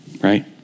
Right